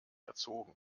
erzogen